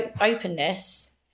openness